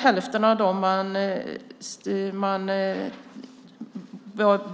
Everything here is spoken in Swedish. Hälften av dem man